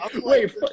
wait